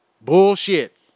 Bullshit